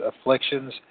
afflictions